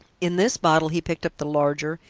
in this bottle, he picked up the larger,